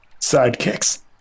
Sidekicks